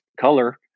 color